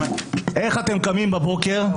איך אתם קמים בבוקר,